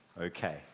okay